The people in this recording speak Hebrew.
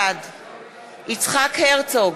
בעד יצחק הרצוג,